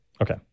Okay